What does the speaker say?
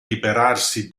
liberarsi